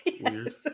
Weird